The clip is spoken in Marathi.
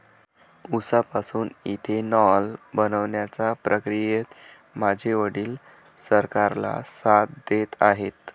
उसापासून इथेनॉल बनवण्याच्या प्रक्रियेत माझे वडील सरकारला साथ देत आहेत